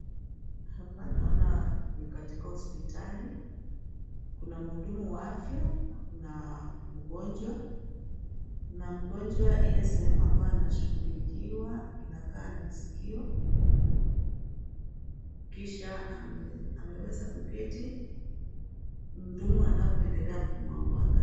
Hapa naona ni katika hospitali. Kuna muhudumu wa afya na kuna mgonjwa, na mgonjwa ile sehemu ambayo anashughulikiwa, inakaa ni sikio, kisha ameweza kuketi, mhudumu anapoendelea kumuangalia.